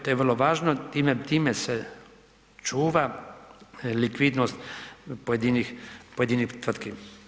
To je vrlo važno, time se čuva likvidnost pojedinih tvrtki.